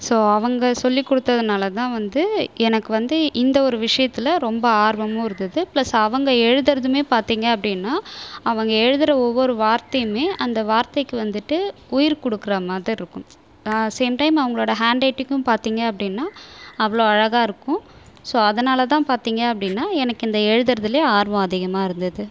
so அவங்க சொல்லி கொடுத்ததுனால் தான் வந்து எனக்கு வந்து இந்த ஒரு விஷயத்தில் ரொம்ப ஆர்வமும் இருந்தது ப்ளஸ் அவங்க எழுதுகிறதுமே பார்த்தீங்க அப்படின்னா அவங்க எழுதுகிற ஒவ்வொரு வார்த்தையுமே அந்த வார்த்தைக்கு வந்துட்டு உயிர் கொடுக்குற மாதிரி இருக்கும் ஆ சேம் டைம் அவங்கலோட ஹண்ட் ரைட்டிங்கும் பார்த்தீங்க அப்படின்னா அவ்வளோ அழகாக இருக்கும் ஸோ அதனால தான் பார்த்தீங்க அப்படின்னா எனக்கு இந்த எழுதுரதுல ஆர்வம் அதிகமாக இருந்தது